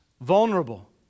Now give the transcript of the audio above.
vulnerable